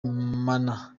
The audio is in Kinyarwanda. mana